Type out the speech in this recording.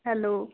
hello